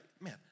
man